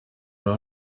jean